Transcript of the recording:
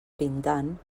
pintant